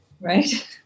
Right